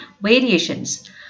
variations